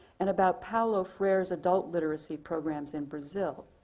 and about paolo freire's adult literacy programs in brazil,